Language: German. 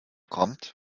kommt